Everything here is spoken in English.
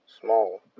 small